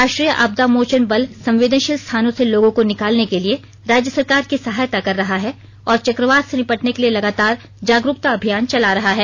राष्ट्रीय आपदा मोचन बल संवेदनशील स्थानों से लोगों को निकालने के लिए राज्य सरकार की सहायता कर रहा है और चक्रवात से निपटने के लिए लगातार जागरुकता अभियान चला रहा है